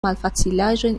malfacilaĵojn